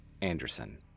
Anderson